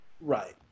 right